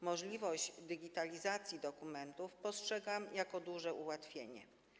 Możliwość digitalizacji dokumentów postrzegam jako duże ułatwienie.